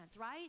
Right